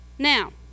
Now